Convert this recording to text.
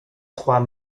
trois